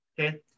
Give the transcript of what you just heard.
Okay